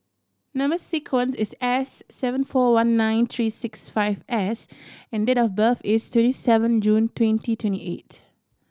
number sequence is S seven four one nine three six five S and date of birth is twenty seven June twenty twenty eight